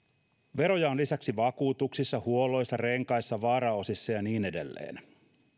veroja on lisäksi vakuutuksissa huolloissa renkaissa varaosissa ja niin edelleen